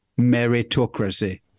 meritocracy